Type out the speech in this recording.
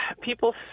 people